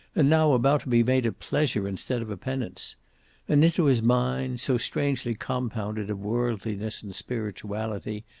and now about to be made a pleasure instead of a penance. and into his mind, so strangely compounded of worldliness and spirituality,